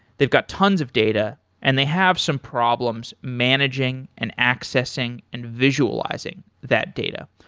they've got tons of data and they have some problems managing and accessing and visualizing that data.